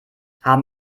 haben